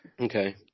Okay